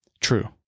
True